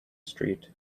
street